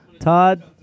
Todd